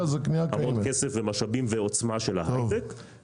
אנחנו נאבד המון כסף, משאבים ועוצמה של ההיי-טק.